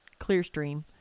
Clearstream